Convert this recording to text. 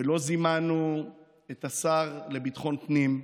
ולא זימנו את השר לביטחון פנים.